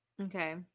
okay